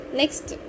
next